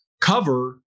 cover